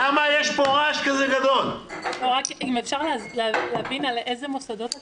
אם אפשר להבין על איזה מוסדות אתה מדבר.